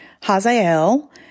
Hazael